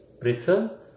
Britain